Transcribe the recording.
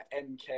MK